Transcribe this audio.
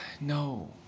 no